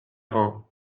rangs